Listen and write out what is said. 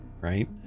right